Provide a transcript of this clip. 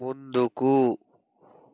ముందుకు